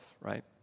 right